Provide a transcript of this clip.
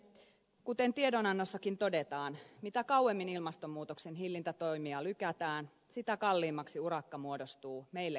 kuten tiedonannossakin todetaan mitä kauemmin ilmastonmuutoksen hillintätoimia lykätään sitä kalliimmaksi urakka muodostuu meille kaikille